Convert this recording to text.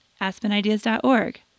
aspenideas.org